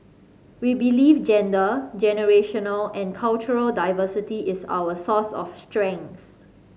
we believe gender generational and cultural diversity is our source of strength